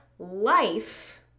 life